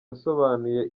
yasobanuye